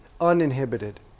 uninhibited